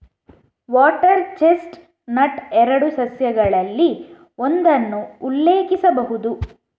water chestnut ಎರಡು ಸಸ್ಯಗಳಲ್ಲಿ ಒಂದನ್ನು ಉಲ್ಲೇಖಿಸಬಹುದು